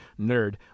nerd